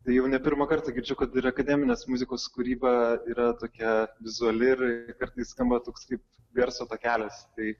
tai jau ne pirmą kartą girdžiu kad ir akademinės muzikos kūryba yra tokia vizuali ir kartais skamba toks kaip garso takelis tai